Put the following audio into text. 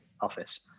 office